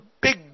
big